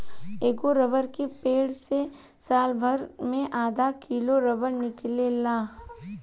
एगो रबर के पेड़ से सालभर मे आधा किलो रबर निकलेला